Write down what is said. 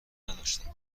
نداشتم